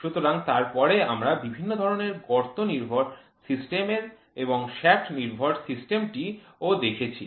সুতরাং তারপর আমরা বিভিন্ন ধরণের গর্ত নির্ভর সিস্টেম এবং শ্যাফ্ট নির্ভর সিস্টেমটি ও দেখেছি